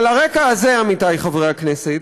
על הרקע הזה, עמיתי חברי הכנסת,